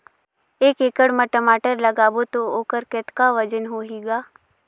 एक एकड़ म टमाटर लगाबो तो ओकर कतका वजन होही ग?